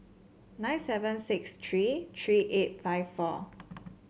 nine seven six three three eight five four